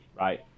right